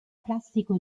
classico